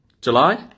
July